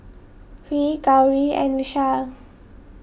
Hri Gauri and Vishal